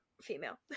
female